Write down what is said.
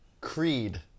creed